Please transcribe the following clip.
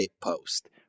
post